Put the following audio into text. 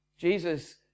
Jesus